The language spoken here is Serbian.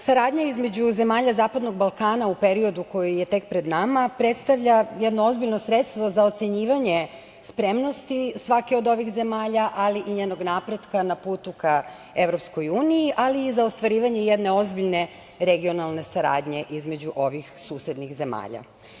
Saradnja između zemalja zapadnog Balkana u periodu koji je tek pred nama predstavlja jedno ozbiljno sredstvo za ocenjivanje spremnosti svake od ovih zemalja, ali i njenog napretka na putu ka EU, ali i za ostvarivanje jedne ozbiljne regionalne saradnje između ovih susednih zemalja.